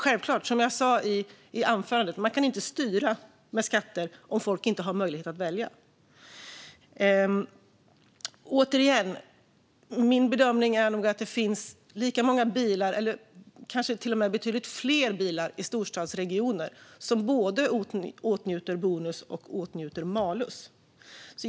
Som jag sa i mitt anförande kan man självklart inte styra med skatter om folk inte har möjlighet att välja. Min bedömning är återigen att det nog finns betydligt fler bilar i storstadsregioner som åtnjuter både bonus och malus.